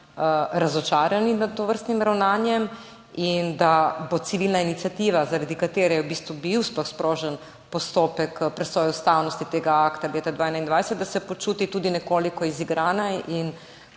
razočarani nad tovrstnim ravnanjem in da se civilna iniciativa, zaradi katere je v bistvu sploh bil sprožen postopek presoje ustavnosti tega akta leta 2021, počuti tudi nekoliko izigrana. In